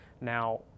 Now